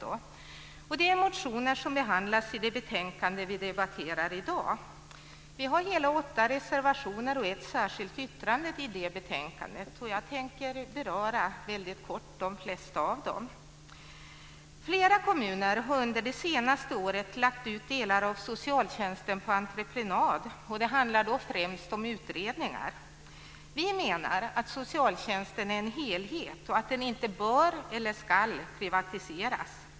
Det är motioner som behandlas i det betänkande vi debatterar i dag. Vi har hela åtta reservationer och ett särskilt yttrande i det betänkandet. Jag tänker beröra de flesta av dem väldigt kort. Flera kommuner har under det senaste året lagt ut delar av socialtjänsten på entreprenad. Det handlar främst om utredningar. Vi menar att socialtjänsten är en helhet och att den inte bör eller ska privatiseras.